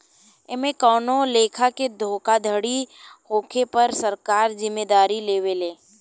एमे कवनो लेखा के धोखाधड़ी होखे पर सरकार जिम्मेदारी लेवे ले